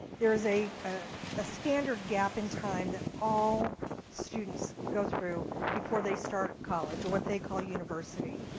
there is a ah ah standard gap in time that all students go through before they start college, or what they call university.